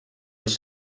els